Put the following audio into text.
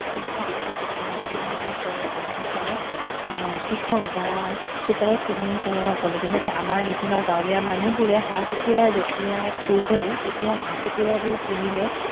কৃষক বা চোতালত পোহনীয়া চৰাই পালকসকলে কৃষক বা চোতালত পোহনীয়া চৰাইসকলে যেনেকৈ আমাৰ নিচিনা গাঁৱলীয়া মানুহবোৰে হাঁহ কুকুৰা যেতিয়া পুহোঁ তেতিয়া হাঁহ কুকুৰাবোৰ পুহিলে